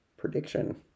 prediction